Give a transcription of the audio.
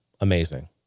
amazing